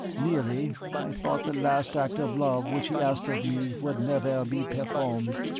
nearly i thought the last act of love which he asked of me would never be performed.